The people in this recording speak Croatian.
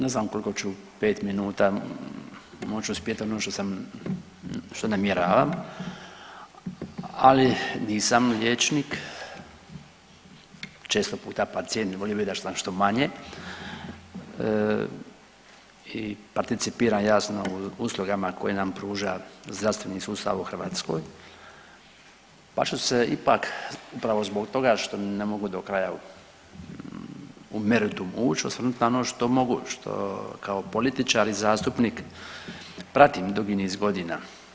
Ne znam koliko ću u pet minuta moć uspjet ono što sam što namjeravam, ali nisam liječnik često puta pacijent volio bi da sam što manje i participiram jasno uslugama koje nam pruža zdravstveni sustav u Hrvatskoj, pa ću se ipak upravo zbog toga što ne mogu do kraja u meritum uć osvrnut na ono što mogu, što kao političar i zastupnik pratim dugi niz godina.